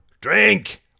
drink